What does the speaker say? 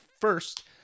first –